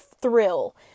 thrill